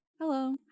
Hello